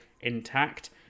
intact